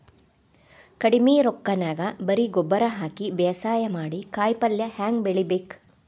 ಕಡಿಮಿ ರೊಕ್ಕನ್ಯಾಗ ಬರೇ ಗೊಬ್ಬರ ಹಾಕಿ ಬೇಸಾಯ ಮಾಡಿ, ಕಾಯಿಪಲ್ಯ ಹ್ಯಾಂಗ್ ಬೆಳಿಬೇಕ್?